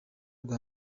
rwa